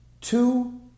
two